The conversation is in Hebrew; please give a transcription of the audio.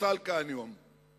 שפוצל כאן היום.